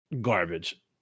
Garbage